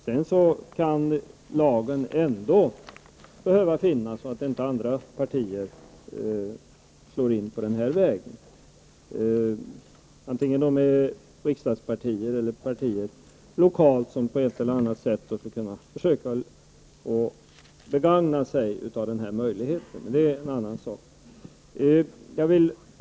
Men lagen kan ändå behöva finnas till så att inte andra partier slår in på den vägen, antingen det är fråga om riksdagspartier eller lokala partier, som på ett eller annat sätt försöker begagna sig av denna möjlighet. Det är emellertid en annan sak. Herr talman!